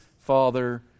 Father